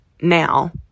now